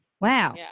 wow